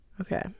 okay